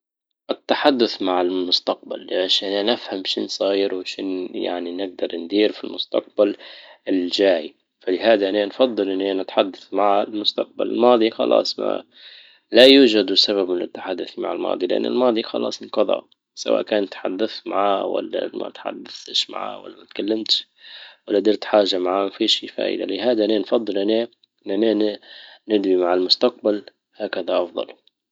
التحدث مع المستقبل. عشان انا افهم شين صاير وشين يعني نجدر ندير في المستقبل الجاي. فلهذا انا نفضل اننا نتحدث مع المستقبل. الماضي خلاص لا يوجد سبب للتحدث مع الماضي لان الماضي خلاص انقضى. سواء كان تحدثت معاه ولا متحدثتش معاه ولا ما تكلمتش ولا درت حاجة معاه ما فيهش الفايدة، لهذا انا نفضل ان انا ندوي مع المستقبل هكذا افضل.